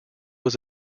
was